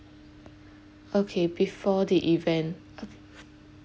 okay before the event